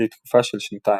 לתקופה של שנתיים.